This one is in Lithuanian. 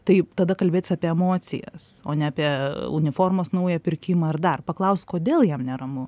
taip tada kalbėtis apie emocijas o ne apie uniformos naują pirkimą ar dar paklaust kodėl jam neramu